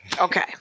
okay